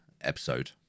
episode